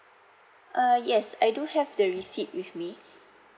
uh yes I do have the receipt with me